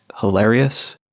hilarious